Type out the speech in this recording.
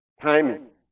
Timing